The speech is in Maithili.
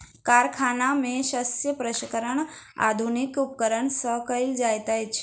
कारखाना में शस्य प्रसंस्करण आधुनिक उपकरण सॅ कयल जाइत अछि